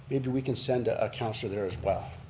maybe we can send a ah councilor there as well.